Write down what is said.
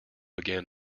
again